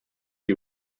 you